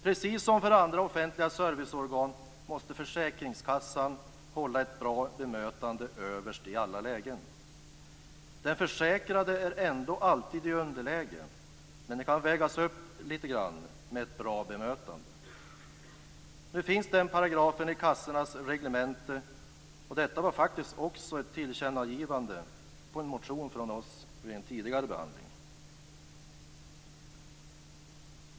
Precis som för andra offentliga serviceorgan måste försäkringskassan sätta ett bra bemötande främst i alla lägen. Den försäkrade är ändå alltid i underläge, men det kan vägas upp lite grann av ett bra bemötande. Nu finns den paragrafen i kassornas reglemente, och detta var faktiskt också ett tillkännagivande av en motion från oss vid en tidigare behandling.